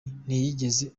ntiyigeze